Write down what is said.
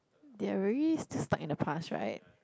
they are very still stuck in the past right